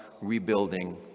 rebuilding